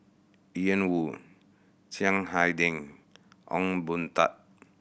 Ian Woo Chiang Hai Ding Ong Boon Tat